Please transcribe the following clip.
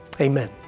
Amen